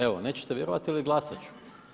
Evo nećete vjerovati ali glasat ću.